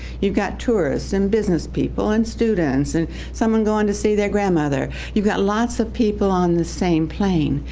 you've got tourists, and business people, and students, and someone going to see their grandmother. you've got lots of people on the same plane.